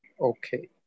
Okay